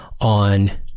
on